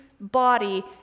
body